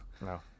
No